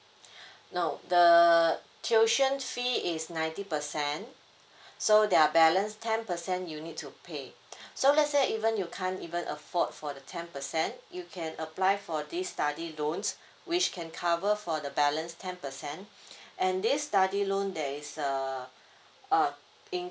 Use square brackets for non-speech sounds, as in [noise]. no the uh tuition fee is ninety percent so there are balance ten percent you need to pay [noise] so let's say even you can't even afford for the ten percent you can apply for this study loan which can cover for the balance ten percent and this study loan that is err a